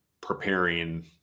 preparing